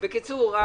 בקיצור,